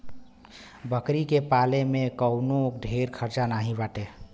बकरी के पाले में कवनो ढेर खर्चा नाही बाटे